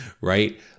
right